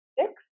six